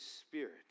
spirit